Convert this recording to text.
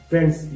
Friends